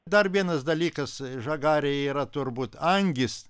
dar vienas dalykas žagarėj yra turbūt angys